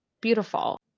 beautiful